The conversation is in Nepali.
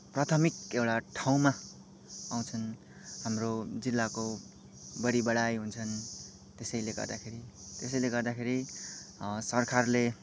प्राथमिक एउटा ठाउँमा आउँछन् हाम्रो जिल्लाको बडिबढाई हुन्छन् त्यसैले गर्दाखेरि त्यसैले गर्दाखेरि सरकारले